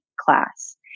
class